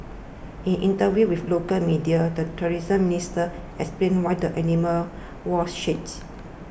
in interviews with local media the tourism minister explained why the animals wore shades